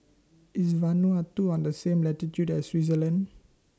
IS Vanuatu on The same latitude as Switzerland